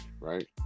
right